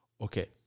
Okay